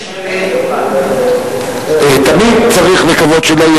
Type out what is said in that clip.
אני מקווה שלא יהיה